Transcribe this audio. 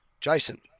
Jason